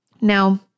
Now